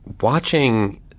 watching